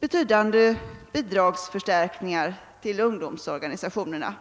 betydande bidragsförstärkningar för ungdomsorganisationerna.